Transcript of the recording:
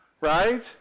Right